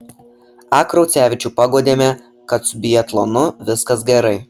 a kraucevičių paguodėme kad su biatlonu viskas gerai